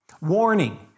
Warning